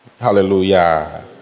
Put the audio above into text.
Hallelujah